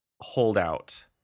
holdout